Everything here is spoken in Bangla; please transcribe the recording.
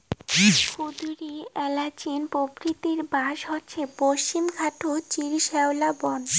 ক্ষুদিরী এ্যালাচির প্রাকৃতিক বাস হসে পশ্চিমঘাটের চিরশ্যামলা বন